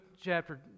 chapter